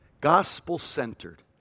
gospel-centered